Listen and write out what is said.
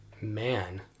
man